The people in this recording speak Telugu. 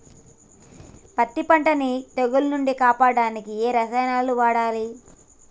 పత్తి పంటని తెగుల నుంచి కాపాడడానికి ఏ రసాయనాలను వాడాలి?